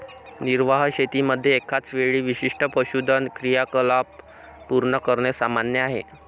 निर्वाह शेतीमध्ये एकाच वेळी विशिष्ट पशुधन क्रियाकलाप पूर्ण करणे सामान्य आहे